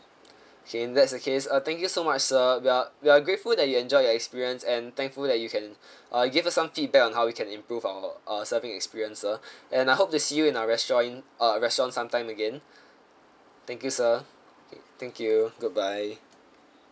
okay if that's the case uh thank you so much sir we are we are grateful that you enjoyed your experience and thankful that you can uh give us some feedback on how we can improve our uh serving experience sir and I hope to see you in our restaurant uh restaurant sometime again thank you sir okay thank you goodbye